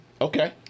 Okay